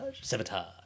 Sabotage